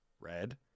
red